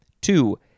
Two